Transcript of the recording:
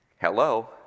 Hello